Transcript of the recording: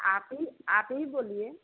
आप ही आप ही बोलिए